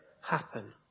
happen